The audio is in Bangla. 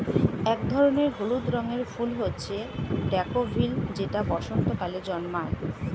এক ধরনের হলুদ রঙের ফুল হচ্ছে ড্যাফোডিল যেটা বসন্তকালে জন্মায়